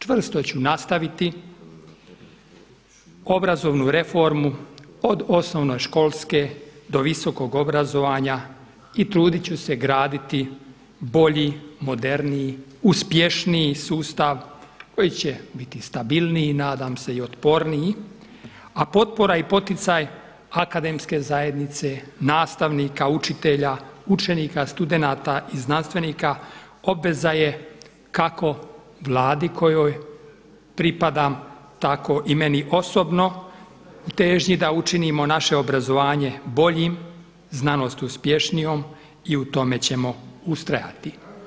Čvrsto ću nastaviti obrazovnu reformu od osnovnoškolske do visokog obrazovanja i trudit ću se graditi bolji, moderniji, uspješniji sustav koji će biti stabilniji nadam se i otporniji, a potpora i poticaj akademske zajednice, nastavnika, učitelja, učenika, studenata i znanstvenika obveza je kako Vladi kojoj pripadam tako i meni osobno u težnji da učinimo naše obrazovanje boljim, znanost uspješnijom i u tome ćemo ustrajati.